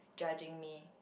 judging me